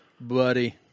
buddy